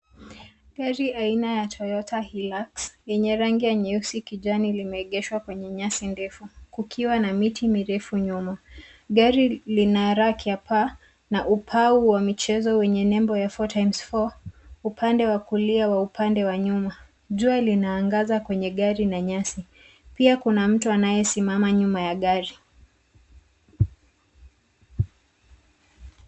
Gari aina ya Toyota Hilux, yenye rangi ya nyeusi kijani limeegeshwa kwenye nyasi ndefu, kukiwa na miti mirefu nyuma. Gari lina raki ya paa, na upaa wa michezo wenye nembo ya four times four , upande wa kulia wa upande wa nyuma. Jua linaangaza kwenye gari na nyasi. Pia kuna mtu anayesimama nyuma ya gari.